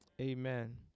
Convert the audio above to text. Amen